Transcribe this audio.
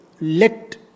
let